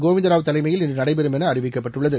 கோவிந்த ராவ் தலைமையில் இன்று நடைபெறும் என அறிவிக்கப்பட்டுள்ளது